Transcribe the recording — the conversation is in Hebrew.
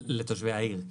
לתושבי העיר,